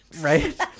Right